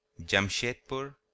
Jamshedpur